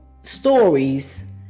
stories